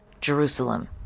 Jerusalem